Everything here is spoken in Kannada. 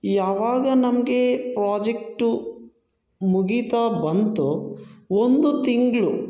ಯಾವಾಗ ನಮಗೆ ಪ್ರಾಜೆಕ್ಟು ಮುಗೀತಾ ಬಂತೊ ಒಂದು ತಿಂಗಳು